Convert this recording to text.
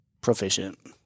proficient